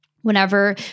whenever